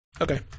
Okay